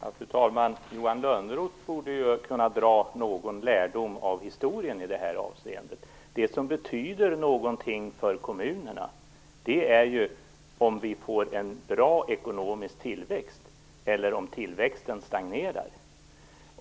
Fru talman! Johan Lönnroth borde kunna dra någon lärdom av historien i det här avseendet. Det som betyder någonting för kommunerna är ju om vi får en bra ekonomisk tillväxt eller om tillväxten stagnerar.